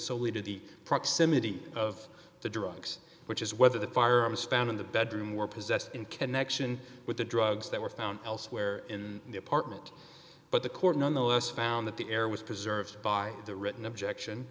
to the proximity of the drugs which is whether the firearms found in the bedroom were possessed in connection with the drugs that were found elsewhere in the apartment but the court nonetheless found that the air was preserved by the written objection